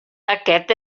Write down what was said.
aquest